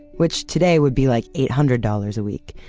which today would be like eight hundred dollars a week.